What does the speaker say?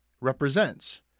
represents